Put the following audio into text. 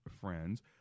friends